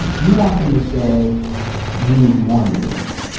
but you want them to say we need more meetings.